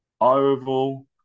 oval